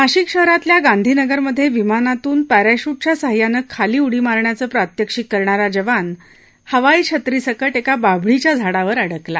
नाशिक शहरातल्या गांधी नगर मधे विमानातून पॅराशूटच्या सहाय्याने खाली उडी मारण्याचं प्रात्यक्षिक करणारा जवान हवाई छत्री सकट एका बाभळीच्या झाडावर अडकला